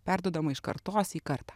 perduodamą iš kartos į kartą